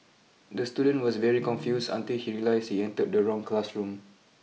the student was very confused until he realised he entered the wrong classroom